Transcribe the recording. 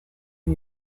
you